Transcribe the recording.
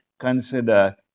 consider